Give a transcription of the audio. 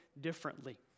differently